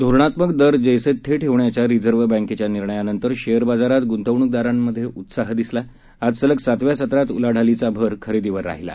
धोरणात्मक दर जसीथे ठेवण्याच्या रिझर्व्ह बँकेच्या निर्णयानंतर शेअर बाजारात गृतवण्कदारांमध्ये उत्साह दिसला आज सलग सातव्या सत्रात उलाढालीचा भर खरेदीवर राहिला